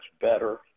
better